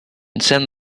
send